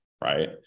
Right